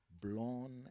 blown